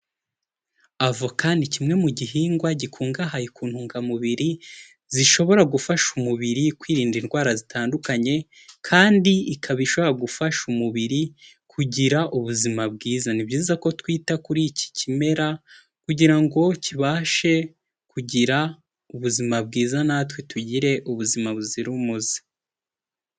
Avoka ni kimwe mu gihingwa gikungahaye ku ntungamubiri zishobora gufasha umubiri kwirinda indwara zitandukanye kandi ikaba ishobora gufasha umubiri kugira ubuzima bwiza, ni byiza ko twita kuri iki kimera kugira ngo kibashe kugira ubuzima bwiza natwe tugire ubuzima buzira umuze.